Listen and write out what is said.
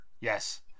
Yes